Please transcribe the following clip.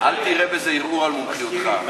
אל תראה בזה ערעור על מומחיותך.